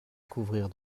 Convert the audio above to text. couvrir